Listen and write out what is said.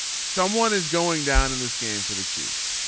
someone is going down in this game for the chiefs.